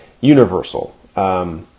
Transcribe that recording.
universal